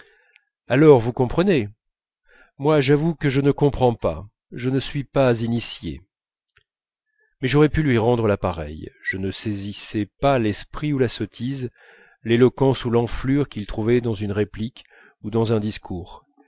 alors vous comprenez moi j'avoue que je ne comprends pas je ne suis pas initié mais j'aurais pu lui rendre la pareille je ne saisissais pas l'esprit ou la sottise l'éloquence ou l'enflure qu'il trouvait dans une réplique ou dans un discours